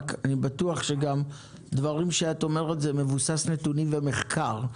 ואני בטוח שהדברים שאת אומרת מבוססים נתונים ומחקר.